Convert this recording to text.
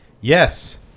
Yes